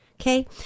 Okay